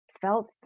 felt